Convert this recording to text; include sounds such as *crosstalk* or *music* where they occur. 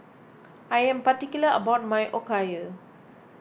*noise* I am particular about my Okayu